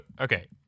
okay